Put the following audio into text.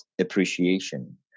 appreciation